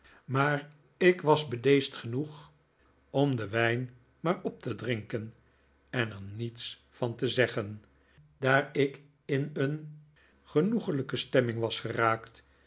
maar ik was bedeesd genqeg om den wijn maar op te drinken en er niets van te zeggen daar ik in een genoeglijke stemming was geraakt